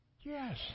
Yes